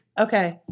okay